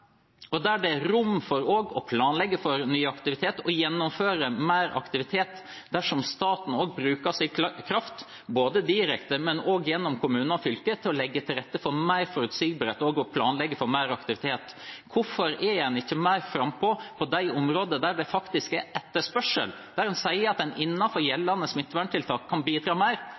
og der det er rom for å planlegge for ny aktivitet og gjennomføre mer aktivitet dersom staten bruker sin kraft direkte, men også gjennom kommuner og fylker, til å legge til rette for mer forutsigbarhet og å planlegge for mer aktivitet, hvorfor er en ikke mer frampå på de områdene der det faktisk er etterspørsel, der en sier at en innenfor gjeldende smitteverntiltak kan bidra mer?